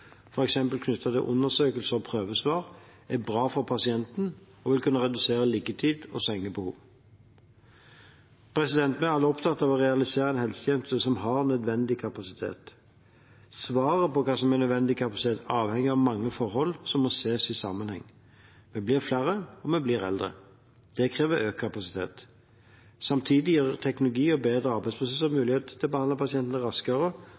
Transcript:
f.eks. knyttet til undersøkelser og prøvesvar, er bra for pasienten og vil kunne redusere liggetid og sengebehov. Vi er alle opptatt av å realisere en helsetjeneste som har den nødvendige kapasiteten. Svaret på hva som er nødvendig kapasitet, avhenger av mange forhold som må ses i sammenheng. Vi blir flere, og vi blir eldre. Det krever økt kapasitet. Samtidig gir teknologi og bedre arbeidsprosesser mulighet til å behandle pasienter raskere